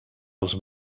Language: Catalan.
als